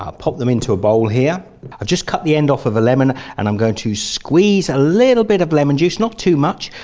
pop pop them into a bowl here i've just cut the end off of a lemon and i'm going to squeeze a little bit of lemon juice, not too much,